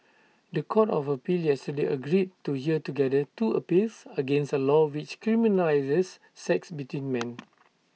The Court of appeal yesterday agreed to hear together two appeals against A law which criminalises sex between men